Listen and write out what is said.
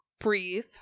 breathe